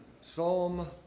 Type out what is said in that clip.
Psalm